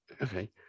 Okay